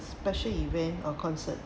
special event or concert